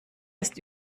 ist